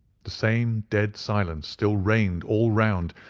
the same dead silence still reigned all round.